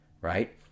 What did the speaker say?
Right